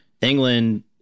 England